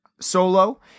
Solo